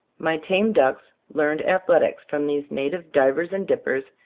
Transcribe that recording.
my tame ducks learned athletics from these native divers and dippers,